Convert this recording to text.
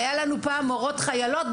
היו לנו פעם מורות חיילות,